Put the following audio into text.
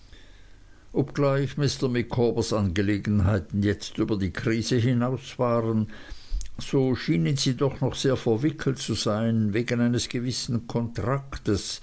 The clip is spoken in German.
obgleich mr micawbers angelegenheiten jetzt über die krise hinaus waren so schienen sie doch noch sehr verwickelt zu sein wegen eines gewissen kontraktes